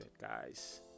guys